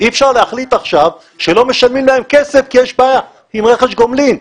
אי אפשר להחליט עכשיו שלא משלמים להם כסף כי יש בעיה עם רכש גומלין.